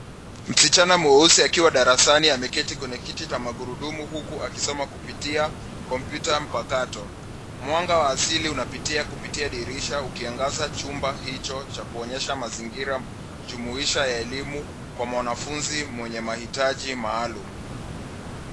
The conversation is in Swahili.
Msichana mweusi akiwa darasani ameketi kwenye kiti cha magurudumu huku akisoma kupitia kompyuta mpakato. mwanga wa asili unapitia kupitia dirisha ukiangaza chumba hicho cha kuonyesha mazingira jumuisha ya elimu kwa mwanafunzi mwenye mahitaji maalum.